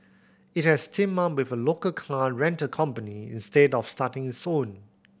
it has teamed up with a local car rental company instead of starting its own